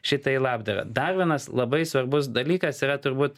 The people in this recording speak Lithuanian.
šitą labdarą dar vienas labai svarbus dalykas yra turbūt